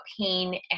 pain